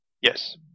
Yes